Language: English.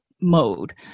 mode